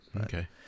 okay